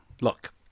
Look